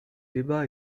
débat